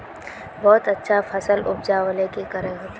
बहुत अच्छा फसल उपजावेले की करे होते?